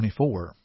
24